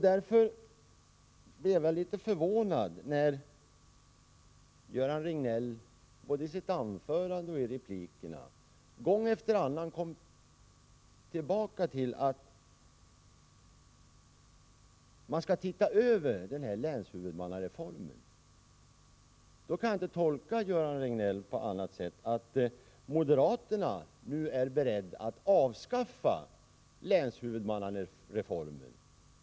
Därför blev jag litet förvånad när Göran Riegnell både i sitt anförande och i replikerna gång efter annan kom tillbaka till att man skall se över länshuvudmannareformen. Då kan jag inte tolka Göran Riegnell på annat sätt än att moderaterna nu är beredda att avskaffa länshuvudmannareformen.